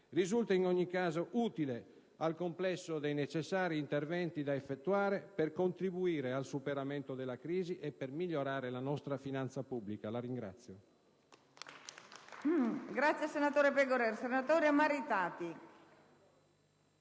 risulta in ogni caso utile al complesso dei necessari interventi da effettuare per contribuire al superamento della crisi e per migliorare la nostra finanza pubblica. *(Applausi